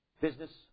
business